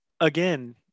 again